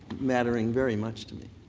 mattering very much to me.